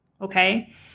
okay